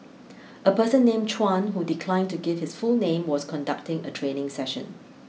a person named Chuan who declined to give his full name was conducting a training session